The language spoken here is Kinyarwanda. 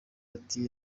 ati